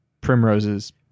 primrose's